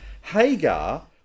Hagar